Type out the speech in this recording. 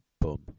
Boom